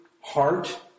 heart